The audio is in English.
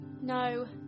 No